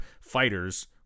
fighters